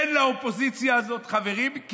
אין לאופוזיציה הזאת חברים בוועדה,